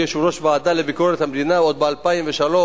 כיושב-ראש הוועדה לביקורת המדינה עוד ב-2003